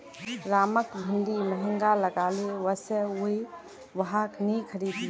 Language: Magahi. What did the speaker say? रामक भिंडी महंगा लागले वै स उइ वहाक नी खरीदले